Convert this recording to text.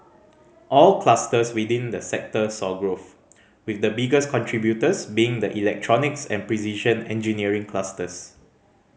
all clusters within the sector saw growth with the biggest contributors being the electronics and precision engineering clusters